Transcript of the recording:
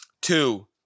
two